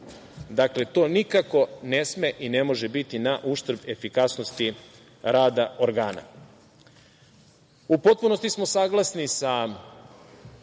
Dakle, to nikako ne sme i ne može biti na uštrb efikasnosti rada organa.U potpunosti smo saglasni sa